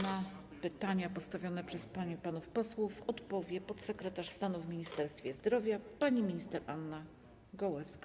Na pytania postawione przez panie i panów posłów odpowie podsekretarz stanu w Ministerstwie Zdrowia pani minister Anna Goławska.